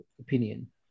opinion